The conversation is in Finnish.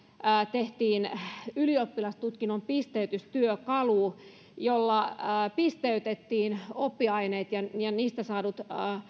tehtiin ylioppilastutkinnon pisteytystyökalu jolla pisteytettiin oppiaineet ja ja niistä saadut